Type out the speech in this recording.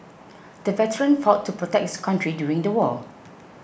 the veteran fought to protect his country during the war